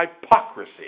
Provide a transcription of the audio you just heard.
hypocrisy